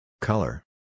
Color